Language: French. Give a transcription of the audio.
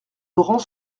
laurent